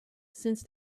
since